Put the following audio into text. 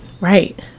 Right